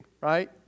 Right